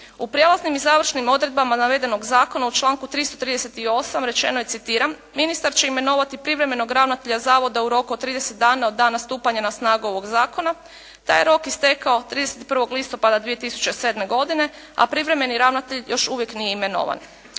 U prijelaznim i završnim odredbama navedenog zakona u članku 338. rečeno je, citiram "ministar će imenovati privremenog ravnatelja zavoda u roku od 30 dana od dana stupanja na snagu ovog zakona". Taj je rok istekao 31. listopada 2007. godine, a privremeni ravnatelj još uvijek nije imenovan.